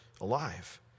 alive